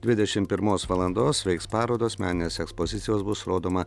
dvidešim pirmos valandos veiks parodos meninės ekspozicijos bus rodoma